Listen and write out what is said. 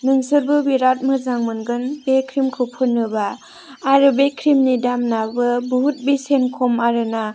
नोंसोरबो बिराद मोजां मोनगोन बे ख्रिमखौ फुनोब्ला आरो बे ख्रिमनि दामाबो बहुद बेसेन खम आरोना